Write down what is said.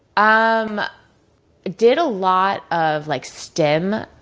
i um did a lot of like stem,